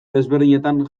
desberdinetan